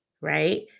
right